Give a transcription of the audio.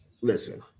listen